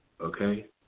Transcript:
Okay